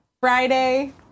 Friday